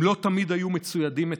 הם לא תמיד היו מצוידים היטב,